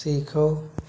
सीखो